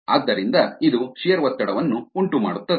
ಆದ್ದರಿಂದ ಇದು ಶಿಯರ್ ಒತ್ತಡವನ್ನು ಉಂಟುಮಾಡುತ್ತದೆ